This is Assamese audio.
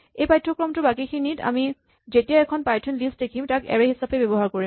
এই পাঠ্যক্ৰমটোৰ বাকীখিনিত আমি যেতিয়াই এখন পাইথন লিষ্ট দেখিম তাক এৰে হিচাপে ব্যৱহাৰ কৰিম